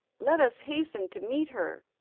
let us hasten to meet her!